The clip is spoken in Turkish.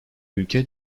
ülke